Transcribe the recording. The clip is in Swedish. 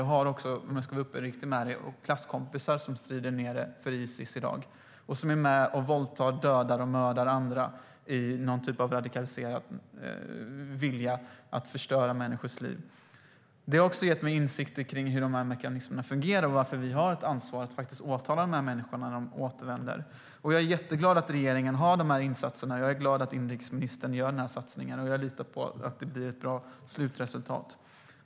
Jag har, om jag ska vara uppriktig, tidigare klasskompisar som strider för Isis i dag och är med och våldtar, dödar och mördar andra i någon typ av radikaliserad vilja att förstöra människors liv. Detta har gett mig insikter kring hur de här mekanismerna fungerar och varför vi har ett ansvar att åtala dessa människor när de återvänder. Jag är jätteglad att regeringen har de här insatserna. Jag är glad att inrikesministern gör den här satsningen, och jag litar på att det blir ett bra slutresultat.